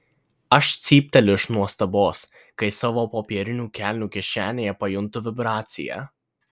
aš cypteliu iš nuostabos kai savo popierinių kelnių kišenėje pajuntu vibraciją